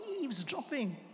eavesdropping